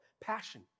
passion